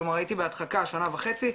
כלומר הייתי בהדחקה שנה וחצי,